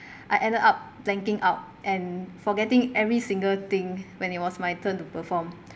I ended up blanking out and forgetting every single thing when it was my turn to perform